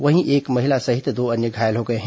वहीं एक महिला सहित दो अन्य घायल हो गए हैं